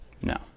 No